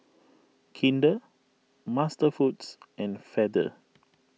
Kinder MasterFoods and Feather